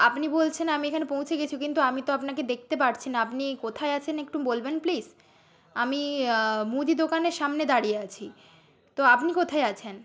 আপনি বলছেন আমি এখানে পৌঁছে গেছি কিন্তু আমি তো আপনাকে দেখতে পাচ্ছি না আপনি কোথায় আছেন একটু বলবেন প্লিজ আমি মুদি দোকানের সামনে দাঁড়িয়ে আছি তো আপনি কোথায় আছেন